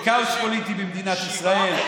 בכאוס פוליטי במדינת ישראל,